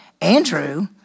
Andrew